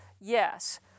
yes